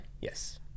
Yes